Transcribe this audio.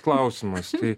klausimas tai